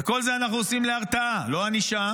ואת כל זה אנחנו עושים להרתעה, לא ענישה.